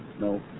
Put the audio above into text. No